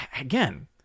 Again